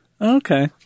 Okay